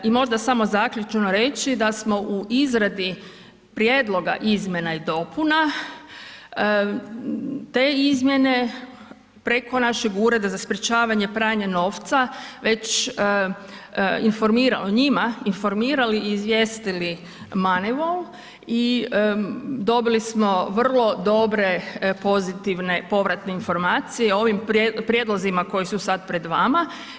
I možda samo zaključno reći da smo u izradi prijedloga izmjena i dopuna te izmjene preko našeg Ureda za sprječavanje pranja novca već informira o njima, informirali i izvijestili Manivol i dobili smo vrlo dobre pozitivne povratne informacije o ovim prijedlozima koji su sad pred vama.